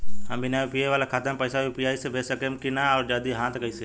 हम बिना यू.पी.आई वाला खाता मे पैसा यू.पी.आई से भेज सकेम की ना और जदि हाँ त कईसे?